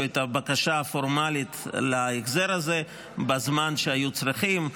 את הבקשה הפורמלית להחזר הזה בזמן שהיו צריכים.